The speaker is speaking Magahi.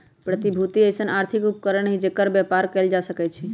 प्रतिभूति अइसँन आर्थिक उपकरण हइ जेकर बेपार कएल जा सकै छइ